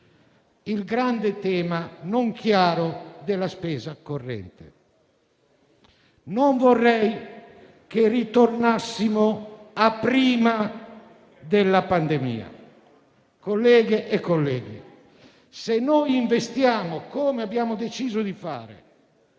il grande tema - non chiaro - della spesa corrente. Non vorrei che ritornassimo al periodo antecedente la pandemia. Colleghe e colleghi, se noi investiamo, come abbiamo deciso di fare,